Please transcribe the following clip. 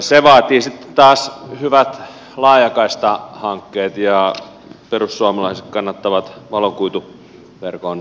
se vaatii sitten taas hyvät laajakaistahankkeet ja perussuomalaiset kannattavat valokuituverkon rakentamista